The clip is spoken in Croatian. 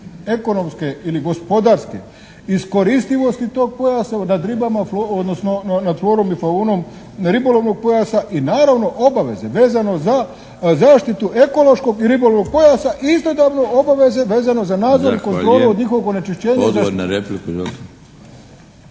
ekonomske ili gospodarske iskoristivosti tog pojasa nad ribama, odnosno nad florom i faunom ribolovnog pojasa i naravno obaveze vezano za zaštitu ekološkog i ribolovnog pojasa i istodobno obaveze vezano za … **Milinović, Darko (HDZ)**